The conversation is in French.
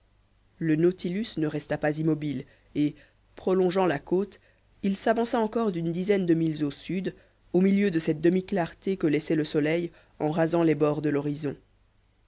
le nautilus ne resta pas immobile et prolongeant la côte il s'avança encore d'une dizaine de milles au sud au milieu de cette demi-clarté que laissait le soleil en rasant les bords de l'horizon